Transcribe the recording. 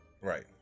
Right